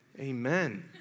Amen